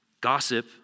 Gossip